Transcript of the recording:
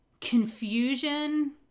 confusion